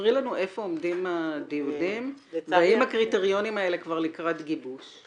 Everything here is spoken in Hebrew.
ספרי לנו איפה עומדים הדיונים והאם הקריטריונים האלה כבר לקראת גיבוש.